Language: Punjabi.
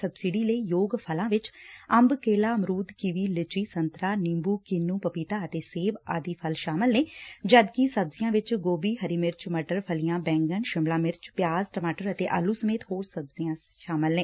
ਸਬਸਿਡੀ ਲਈ ਯੋਗ ਫਲਾਂ ਵਿਚ ਅੰਬ ਕੇਲਾ ਅਮਰੁਦ ਕੀਵੀ ਲੀਚੀ ਸੰਤਰਾ ਨਿੰਬੁ ਕੀਨੂੰ ਪਪੀਤਾ ਅਤੇ ਸੇਬ ਆਦਿ ਫਲ ਸ਼ਾਮਲ ਨੇ ਜਦਕਿ ਸਬਜ਼ੀਆਂ ਵਿਚ ਗੋਭੀ ਹਰੀ ਮਿਰਚ ਮਟਰ ਫ਼ਲੀਆਂ ਬੈਂਗਣ ਸ਼ਿਮਲਾ ਮਿਰਚ ਪਿਆਜ਼ ਟਮਾਟਰ ਅਤੇ ਆਲੁ ਸਮੇਤ ਹੋਰ ਸਬਜ਼ੀਆਂ ਸ਼ਾਮਲ ਨੇ